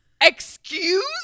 excuse